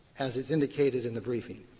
as is indicated in the briefing,